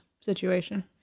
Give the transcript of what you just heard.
situation